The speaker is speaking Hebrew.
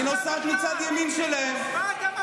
היא נוסעת מצד ימין שלהם, מה אתה משווה?